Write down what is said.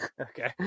Okay